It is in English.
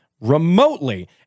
remotely